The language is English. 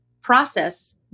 process